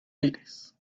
aires